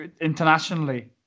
Internationally